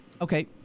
okay